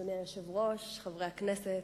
אדוני היושב-ראש, חברי הכנסת,